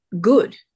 good